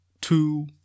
two